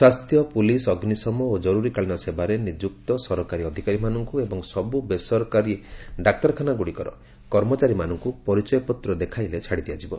ସ୍ୱାସ୍ଥ୍ୟ ପୁଲିସ ଅଗ୍ନିଶମ ଓ ଜରୁରୀକାଳୀନ ସେବାରେ ନିଯୁକ୍ତ ସରକାରୀ ଅଧିକାରୀମାନଙ୍କୁ ଏବଂ ସବୁ ବେସରକାର ଡାକ୍ତରଖାନା ଗୁଡ଼ିକର କର୍ମଚାରୀମାନଙ୍କୁ ପରିଚୟପତ୍ର ଦେଖାଇଲେ ଛାଡ଼ିଦିଆଯିବ